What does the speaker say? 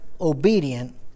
obedient